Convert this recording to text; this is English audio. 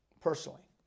personally